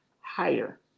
higher